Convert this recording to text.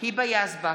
היבה יזבק,